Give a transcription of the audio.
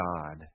God